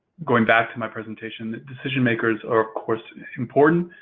going back to my presentation, decision makers are of course important